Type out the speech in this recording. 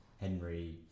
Henry